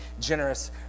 generous